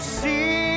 see